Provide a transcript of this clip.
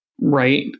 Right